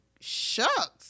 shucks